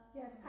Yes